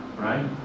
Right